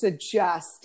suggest